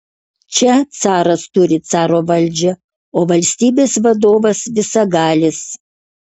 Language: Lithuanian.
čia caras turi caro valdžią o valstybės vadovas visagalis